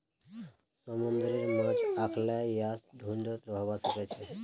समुंदरेर माछ अखल्लै या झुंडत रहबा सखछेक